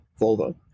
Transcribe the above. Volvo